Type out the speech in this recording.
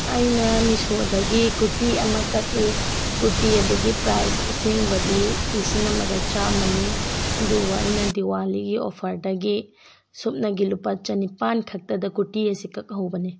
ꯑꯩꯅ ꯃꯤꯁꯣꯗꯒꯤ ꯀꯨꯔꯇꯤ ꯑꯃ ꯀꯛꯏ ꯀꯨꯔꯇꯤ ꯑꯗꯨꯒꯤ ꯄ꯭ꯔꯥꯏꯖ ꯑꯁꯦꯡꯕꯗꯤ ꯂꯤꯁꯤꯡ ꯑꯃꯒ ꯆꯥꯃꯅꯤ ꯑꯗꯨꯕꯨ ꯑꯩꯅ ꯗꯤꯋꯥꯂꯤꯒꯤ ꯑꯣꯐꯔꯗꯒꯤ ꯁꯨꯞꯅꯒꯤ ꯂꯨꯄꯥ ꯆꯅꯤꯄꯥꯜ ꯈꯛꯇꯗ ꯀꯨꯔꯇꯤ ꯑꯁꯤ ꯀꯛꯍꯧꯕꯅꯤ